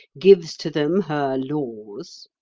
gives to them her laws.